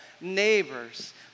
neighbors